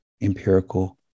empirical